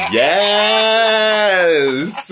yes